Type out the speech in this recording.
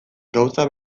gauza